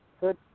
Good